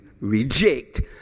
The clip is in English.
reject